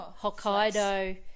Hokkaido